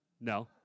No